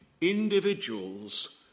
Individuals